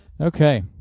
Okay